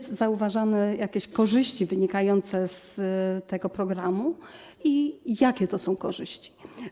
Czy są zauważane jakieś korzyści wynikające z tego programu i jakie to są korzyści?